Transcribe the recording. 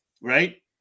right